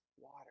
water